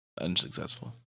unsuccessful